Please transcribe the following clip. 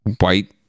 white